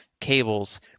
cables